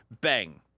Bang